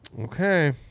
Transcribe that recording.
Okay